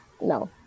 No